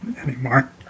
anymore